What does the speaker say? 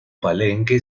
palenque